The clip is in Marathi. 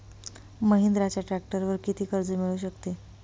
महिंद्राच्या ट्रॅक्टरवर किती कर्ज मिळू शकते?